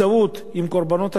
לעשות כתובות כאלה,